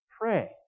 pray